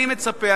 אני מצפה,